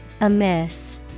Amiss